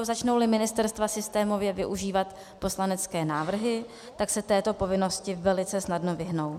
Začnouli ministerstva systémově využívat poslanecké návrhy, tak se této povinnosti velice snadno vyhnou.